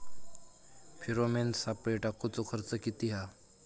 Pheromone सापळे टाकूचो खर्च किती हा?